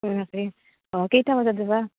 অঁ কেইটা বজাত যাবা